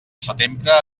setembre